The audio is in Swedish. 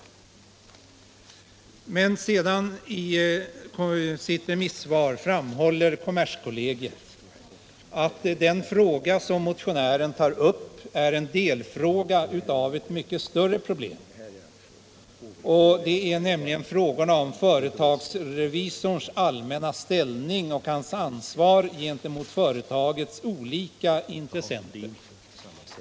I sitt remissvar framhåller kommerskollegium vidare att den fråga som motionären tar upp är en delfråga inom ett mycket större problem. Det gäller frågorna om företagsrevisorns allmänna ställning och hans ansvar gentemot företagets olika intressenter.